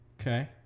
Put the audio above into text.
Okay